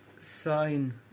sign